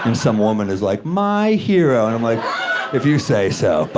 um some woman is like, my hero, and i'm like if you say so,